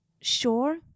sure